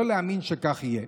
לא להאמין שכך יהיה.